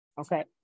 Okay